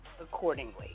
Accordingly